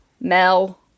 Mel